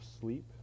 Sleep